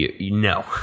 No